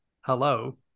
hello